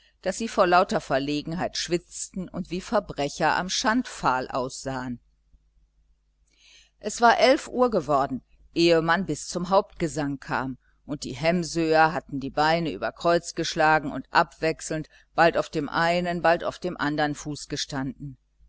daß sie vor lauter verlegenheit schwitzten und wie verbrecher am schandpfahl aussahen es war elf uhr geworden ehe man bis zum hauptgesang kam und die hemsöer hatten die beine über kreuz geschlagen und abwechselnd bald auf dem einen bald auf dem andern fuß